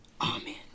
Amen